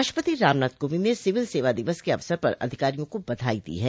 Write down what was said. राष्ट्रपति रामनाथ कोविंद ने सिविल सेवा दिवस के अवसर पर अधिकारियों को बधाई दी है